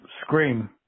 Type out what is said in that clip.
Scream